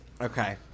Okay